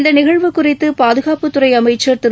இந்த நிகழ்வு குறித்து பாதுகாப்புத்துறை அமைச்சர் திரு